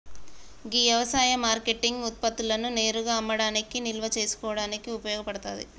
గీ యవసాయ మార్కేటింగ్ ఉత్పత్తులను నేరుగా అమ్మడానికి నిల్వ ఉంచుకోడానికి ఉపయోగ పడతాది